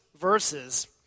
verses